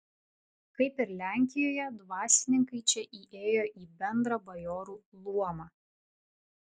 kaip ir lenkijoje dvasininkai čia įėjo į bendrą bajorų luomą